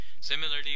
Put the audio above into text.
Similarly